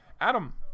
adam